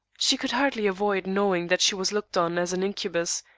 she could hardly avoid knowing that she was looked on as an incubus,